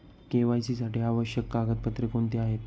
KYC साठी आवश्यक कागदपत्रे कोणती आहेत?